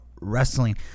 wrestling